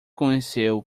conheceu